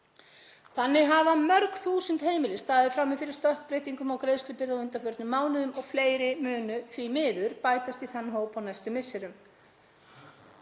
Þannig hafa mörg þúsund heimili staðið frammi fyrir stökkbreytingum á greiðslubyrði á undanförnum mánuðum og fleiri munu því miður bætast í þann hóp á næstu misserum.